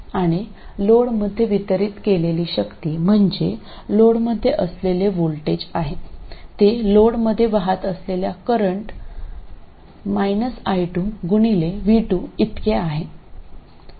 आणि लोडमध्ये वितरित केलेली शक्ती म्हणजे लोडमध्ये असलेले व्होल्टेज आहे ते लोडमध्ये वाहत असलेल्या करंट i2 गुणिले v2 इतकी आहे